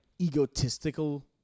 egotistical